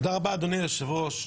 תודה רבה, אדוני היושב-ראש.